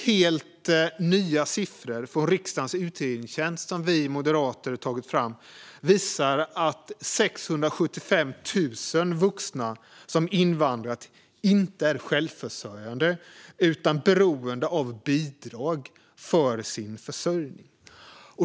Helt nya siffror från riksdagens utredningstjänst, som vi moderater har tagit fram, visar att 675 000 vuxna som har invandrat inte är självförsörjande utan i stället är beroende av bidrag för sin försörjning.